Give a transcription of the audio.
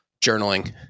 journaling